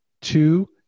two